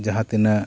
ᱡᱟᱦᱟᱛᱤᱱᱟᱹᱜ